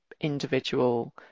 individual